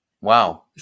Wow